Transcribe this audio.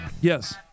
Yes